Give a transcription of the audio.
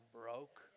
broke